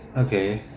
okay